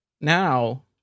Now